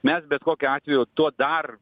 mes bet kokiu atveju tuo dar